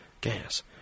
gas